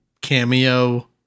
cameo